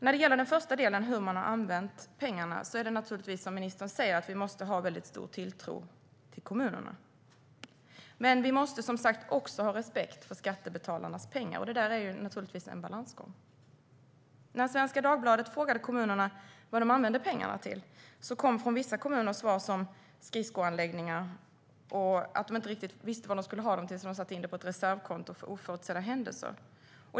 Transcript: När det gäller den första delen, hur man har använt pengarna, är det naturligtvis som ministern säger - vi måste ha väldigt stor tilltro till kommunerna. Men vi måste som sagt också ha respekt för skattebetalarnas pengar, och det där är naturligtvis en balansgång. När Svenska Dagbladet frågade kommunerna vad de använde pengarna till kom från vissa kommuner svar som att de gick till skridskoanläggningar eller att man inte riktigt visste vad man skulle ha dem till och därför satte in dem på ett reservkonto för oförutsedda händelser.